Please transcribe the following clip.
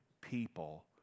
people